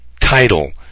title